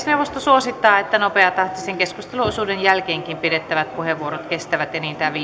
suosittaa että nopeatahtisen keskusteluosuuden jälkeenkin pidettävät puheenvuorot kestävät